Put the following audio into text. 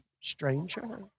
stranger